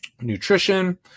Nutrition